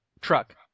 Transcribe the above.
truck